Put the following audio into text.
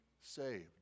saved